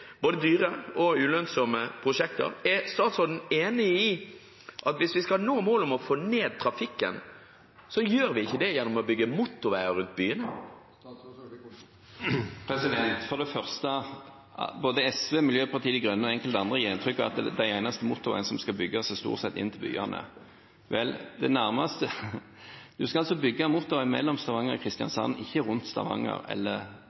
både dyre og ulønnsomme prosjekter. Er statsråden enig i at hvis vi skal nå målet om å få ned trafikken, gjør vi ikke det ved å bygge motorveier rundt byene? For det første gir både SV, Miljøpartiet De Grønne og enkelte andre inntrykk av at de eneste motorveiene som skal bygges, er stort sett inn til byene. Vel, man skal altså bygge motorvei mellom Stavanger og Kristiansand, ikke rundt Stavanger eller